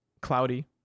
cloudy